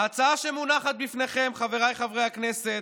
ההצעה שמונחת בפניכם, חבריי חברי הכנסת,